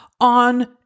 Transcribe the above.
on